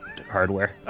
hardware